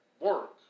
work